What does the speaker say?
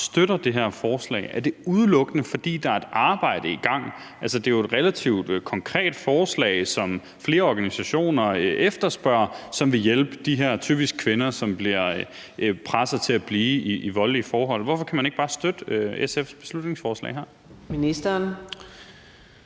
bare støtter det her forslag. Er det udelukkende, fordi der er et arbejde i gang? Altså, det er jo et relativt konkret forslag, som flere organisationer efterspørger, og som vil hjælpe de her typisk kvinder, som bliver presset til at blive i voldelige forhold. Hvorfor kan man ikke bare støtte SF's beslutningsforslag